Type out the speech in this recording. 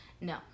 No